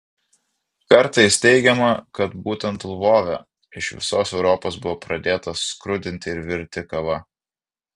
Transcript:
kartais teigiama kad būtent lvove iš visos europos buvo pradėta skrudinti ir virti kava